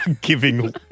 giving